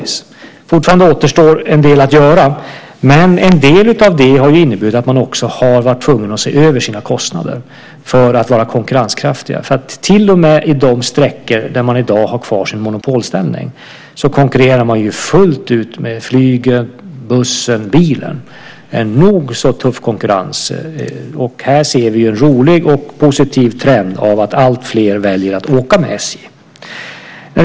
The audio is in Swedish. Fortfarande återstår en del att göra. Men en del av det har inneburit att man också har varit tvungen att se över sina kostnader för att vara konkurrenskraftig. Till och med på de sträckor där man i dag har kvar sin monopolställning konkurrerar man fullt ut med flyget, bussen och bilen, vilket är en nog så tuff konkurrens. Och här ser vi en rolig och positiv trend att alltfler väljer att åka med SJ.